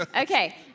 Okay